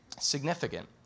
significant